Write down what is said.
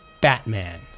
Batman